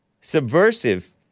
subversive